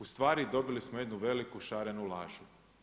U stvari dobili smo jednu veliku šarenu lažu.